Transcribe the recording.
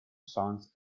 songs